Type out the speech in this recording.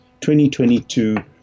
2022